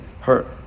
hurt